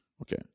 Okay